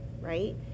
right